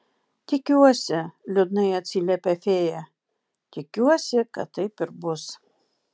tikiuosi liūdnai atsiliepė fėja tikiuosi kad taip ir bus